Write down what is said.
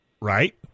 Right